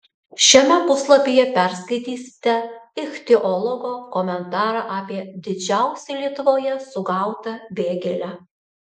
šiame puslapyje perskaitysite ichtiologo komentarą apie didžiausią lietuvoje sugautą vėgėlę